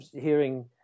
hearing